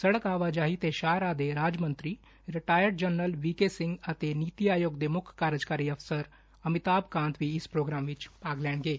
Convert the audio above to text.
ਸੜਕ ਆਵਾਜਾਹੀ ਤੇ ਸ਼ਾਹਰਾਹ ਦੇ ਰਾਜਮੰਤਰੀ retired general V K Singh ਅਤੇ ਨੀਤੀ ਆਯੋਗ ਦੇ ਮੁੱਖ ਕਾਜਰਕਾਰੀ ਅਫਸਰ ਅਮਿਤਾਭ ਕਾਂਤ ਵੀ ਇਸ ਪ੍ਰੋਗਰਾਮ ਵਿਚ ਭਾਗ ਲੈਣਗੇ